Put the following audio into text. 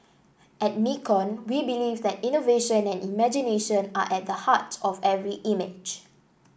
at Nikon we believe that innovation and imagination are at the heart of every image